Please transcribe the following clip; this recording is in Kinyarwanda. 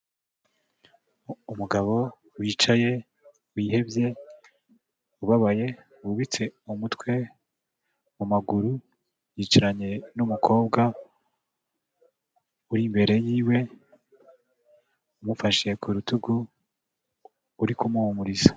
Umugabo wicaye, wihebye, ubabaye, wubitse umutwe mu maguru, yicaranye n'umukobwa uri imbere yiwe, umufashe ku rutugu, uri kumuhumuriza.